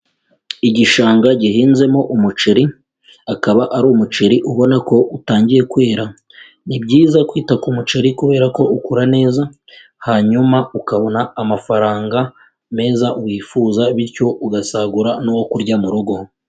Igishanga gihinzemo umuceri, akaba ari umuceri ubona ko utangiye kwera, ni byiza kwita ku muceri kubera ko ukura neza, hanyuma ukabona amafaranga meza wifuza bityo ugasagura n'uwo kurya mu rugo.